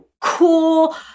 cool